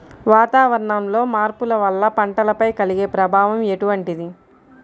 వాతావరణంలో మార్పుల వల్ల పంటలపై కలిగే ప్రభావం ఎటువంటిది?